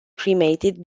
cremated